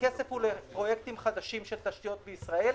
הכסף הוא לפרויקטים חדשים בישראל,